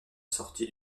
sortie